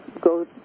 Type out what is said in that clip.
go